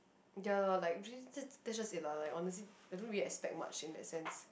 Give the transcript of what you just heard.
ya lor like j~ that's just it like I honestly I don't really expect much in that sense